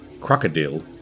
Crocodile